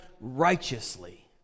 righteously